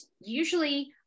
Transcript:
usually